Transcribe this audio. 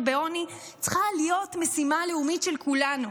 בעוני צריכה להיות משימה לאומית של כולנו.